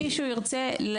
זה מה שאמרתי.